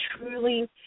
truly